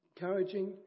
encouraging